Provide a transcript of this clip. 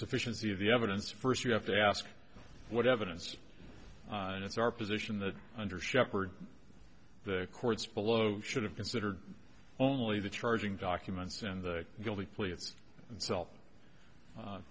sufficiency of the evidence first you have to ask what evidence and it's our position that under shepherd the courts below should have considered only the charging documents and the